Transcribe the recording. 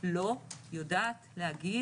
לא יודעת לומר.